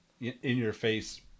in-your-face